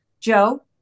Joe